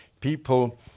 people